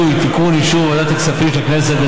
הפעילות המוסדרים בצווי הפיקוח שלפי סעיף 247